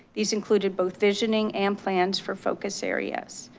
these included both visioning and plans for focus areas.